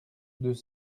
deux